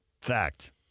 Fact